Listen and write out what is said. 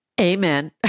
Amen